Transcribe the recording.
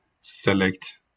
select